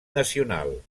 nacional